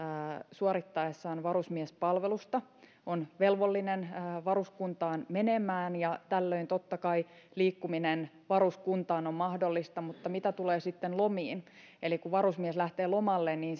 suorittaessaan varusmiespalvelusta on velvollinen varuskuntaan menemään ja tällöin totta kai liikkuminen varuskuntaan on mahdollista mutta mitä tulee sitten lomiin eli siihen kun varusmies lähtee lomalle niin